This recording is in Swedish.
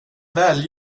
väl